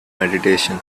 meditation